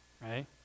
right